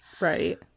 right